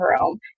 room